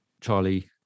Charlie